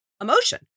emotion